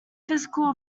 physical